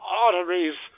arteries